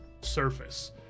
surface